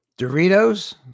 Doritos